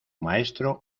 maestro